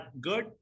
good